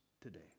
today